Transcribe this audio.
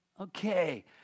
Okay